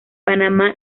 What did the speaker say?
panamá